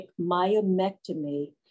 myomectomy